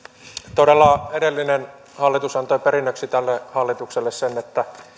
todella edellinen hallitus antoi perinnöksi tälle hallitukselle sen että